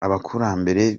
abakurambere